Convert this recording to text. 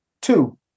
Two